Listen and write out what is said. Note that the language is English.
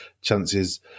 chances